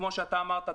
כמו שאתה אמרת,